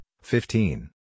fifteen